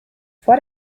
vor